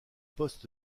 postes